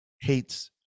hates